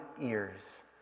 ears